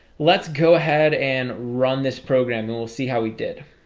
let's go ahead and run this program and we'll see how we did